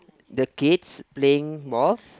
the kids playing ball